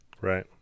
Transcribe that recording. Right